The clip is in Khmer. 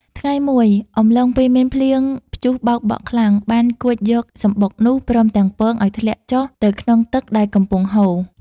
ថ្ងៃមួយ អំឡុងពេលមានភ្លៀងព្យុះបោកបក់ខ្លាំង បានគួចយកសំបុកនោះ ព្រមទាំងពង ឲ្យធ្លាក់ចុះទៅក្នុងទឹកដែលកំពុងហូរ។